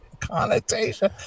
connotation